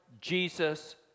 Jesus